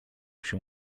się